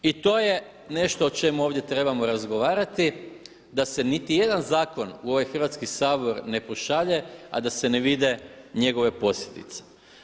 I to je nešto o čemu ovdje trebamo razgovarati da se niti jedan zakon u ovaj Hrvatski sabor ne pošalje a da se ne vide njegove posljedice.